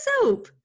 soap